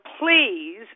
please